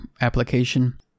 application